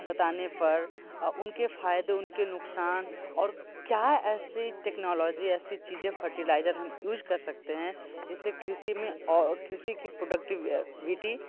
बताने पर उनके फायदे उनके नुकसान और क्या ऐसी टेक्नॉलजी ऐसी चीजें फर्टिलाइजर हम यूज कर सकते है जिससे कृषि में और कृषि की प्रोडक्टविटी